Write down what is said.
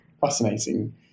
fascinating